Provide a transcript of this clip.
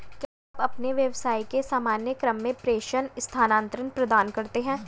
क्या आप अपने व्यवसाय के सामान्य क्रम में प्रेषण स्थानान्तरण प्रदान करते हैं?